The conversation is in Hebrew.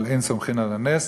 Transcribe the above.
אבל אין סומכים על הנס,